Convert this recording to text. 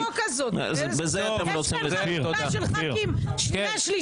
--- יש כאן חקיקה של חה"כים בשנייה-שלישית,